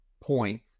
point